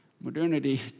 Modernity